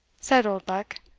said oldbuck.